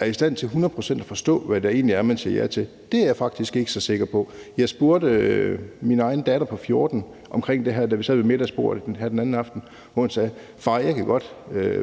det egentlig er, man siger ja til, er jeg faktisk ikke så sikker på. Jeg spurgte min egen datter på 14 om det her, da vi sad ved middagsbordet her den anden aften, og hun sagde: Far, jeg kan godt